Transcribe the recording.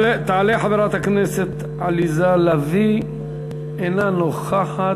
תעלה חברת הכנסת עליזה לביא, אינה נוכחת.